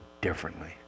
differently